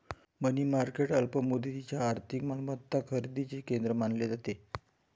मनी market अल्प मुदतीच्या आर्थिक मालमत्ता खरेदीचे केंद्र मानले जाते